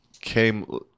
came